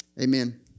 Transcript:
Amen